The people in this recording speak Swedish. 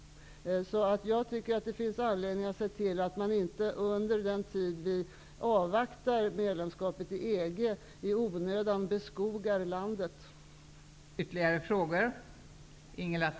Jag tycker att det finns anledning att se till att man inte, under den tid vi avvaktar medlemskapet i EG, i onödan beskogar landet.